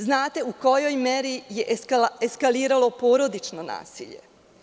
Znate u kojoj meri jeeskaliralo porodično nasilje.